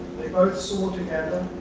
they both soar together,